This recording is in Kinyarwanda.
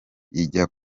ijya